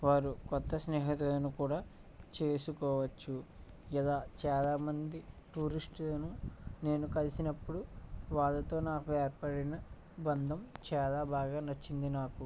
వారు కొత్త స్నేహితులను కూడా చేసుకోవచ్చు ఇలా చాలామంది టూరిస్టులను నేను కలిసినప్పుడు వారితో నాకు ఏర్పడిన బంధం చాలా బాగా నచ్చింది నాకు